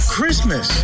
Christmas